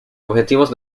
objetivos